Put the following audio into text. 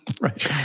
Right